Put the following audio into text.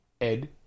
Ed